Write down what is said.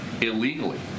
illegally